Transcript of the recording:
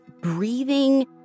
breathing